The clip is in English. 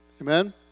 Amen